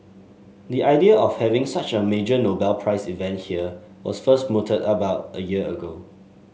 the idea of having such a major Nobel Prize event here was first mooted about a year ago